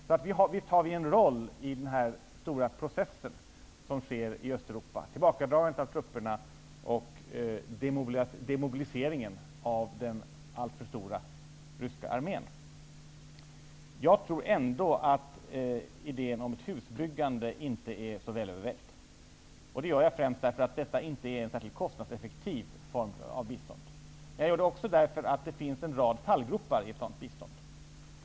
Så visst har vi en roll i den stora process som sker i Östeuropa, tillbakadragandet av trupperna och demobiliseringen av den alltför stora ryska armén. Jag tror ändå att idén om husbyggande inte är så väl övervägd. Det gör jag främst därför att detta inte är en särskilt kostnadseffektiv form av bistånd. Jag gör det också därför att det finns en rad fallgropar i ett sådant bistånd.